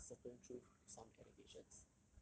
there is certain truth to some allegations